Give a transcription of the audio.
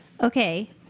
Okay